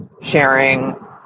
sharing